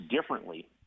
differently